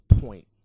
point